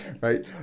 Right